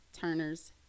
Turner's